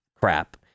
crap